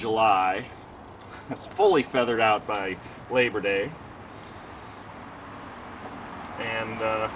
july is fully feathered out by labor day and